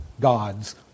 God's